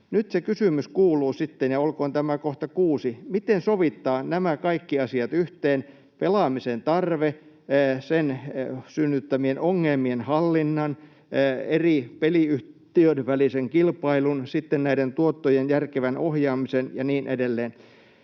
Nyt se kysymys sitten kuuluu — ja olkoon tämä kohta numero kuusi — miten sovittaa yhteen nämä kaikki asiat: pelaamisen tarve, sen synnyttämien ongelmien hallinta, eri peliyhtiöiden välinen kilpailu, sitten näiden tuottojen järkevä ohjaaminen ja niin edelleen.